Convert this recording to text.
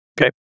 Okay